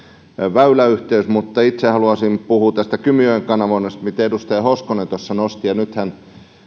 väyläyhteys mutta itse haluaisin puhua tästä kymijoen kanavoinnista minkä edustaja hoskonen tuossa nosti nythän